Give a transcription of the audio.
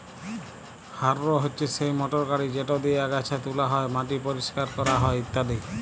harrow হছে সেই motor গাড়ি যেট দিঁয়ে আগাছা তুলা হ্যয়, মাটি পরিষ্কার ক্যরা হ্যয় ইত্যাদি